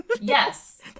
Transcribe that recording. Yes